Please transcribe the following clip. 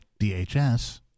DHS